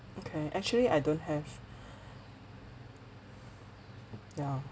okay actually I don't have ya